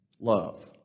love